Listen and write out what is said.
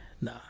nah